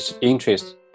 interest